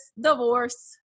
divorce